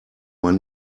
man